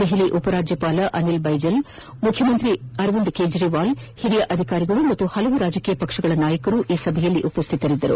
ದೆಹಲಿ ಉಪರಾಜ್ಯಪಾಲ ಅನಿಲ್ ಬೈಜಲ್ ಮುಖ್ಯಮಂತ್ರಿ ಅರವಿಂದ್ ಕೇಜ್ರೀವಾಲ್ ಹಿರಿಯ ಅಧಿಕಾರಿಗಳು ಹಾಗು ವಿವಿಧ ರಾಜಕೀಯ ಪಕ್ಷಗಳ ಮುಖಂಡರು ಈ ಸಭೆಯಲ್ಲಿ ಪಾಲ್ಗೊಂಡಿದ್ದರು